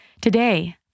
Today